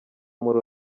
muri